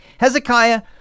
Hezekiah